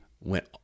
went